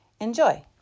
Enjoy